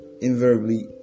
invariably